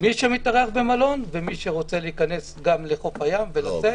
מי שמתארח במלון ומי שרוצה להיכנס לחוף הים ולצאת.